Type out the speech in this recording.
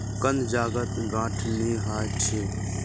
कंद जड़त गांठ नी ह छ